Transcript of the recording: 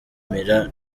milan